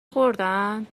خوردن